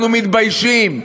אנחנו מתביישים.